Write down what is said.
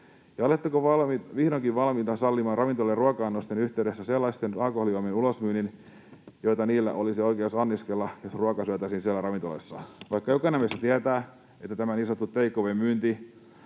Ja oletteko vihdoinkin valmiita sallimaan ravintoloiden ruoka-annosten yhteydessä sellaisten alkoholijuomien ulosmyynnin, joita niillä olisi oikeus anniskella, jos ruoka syötäisiin siellä ravintoloissa — vaikka jokainen meistä tietää, että tämä niin sanottu take away ‑myynti